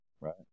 Right